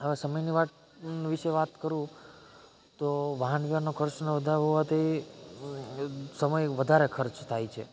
હવે સમયની વાત વિશે વાત કરું તો વાહન વ્યવહારનો ખર્ચનો વધારે હોવાથી સમય વધારે ખર્ચ થાય છે